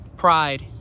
pride